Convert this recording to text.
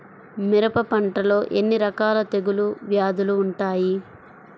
మిరప పంటలో ఎన్ని రకాల తెగులు వ్యాధులు వుంటాయి?